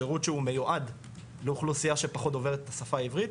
שירות שהוא מיועד לאוכלוסייה שהיא פחות דוברת את השפה העברית